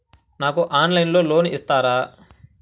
నాకు ఆన్లైన్లో లోన్ ఇస్తారా?